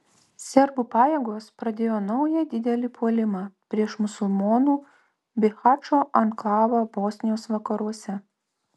serbų pajėgos pradėjo naują didelį puolimą prieš musulmonų bihačo anklavą bosnijos vakaruose